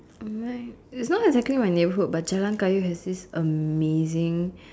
my it's not exactly my neighbourhood but Jalan-Kayu has this amazing